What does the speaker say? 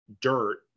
dirt